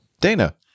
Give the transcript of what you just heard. Dana